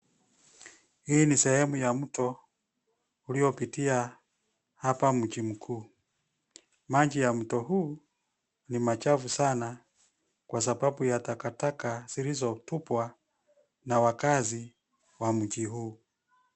Hii ni sehemu ya mto uliopitia hapa mji mkuu. Maji ya mto huu ni machafu sana kwa sababu ya takataka zilizotupwa na wakaazi wa mji huu.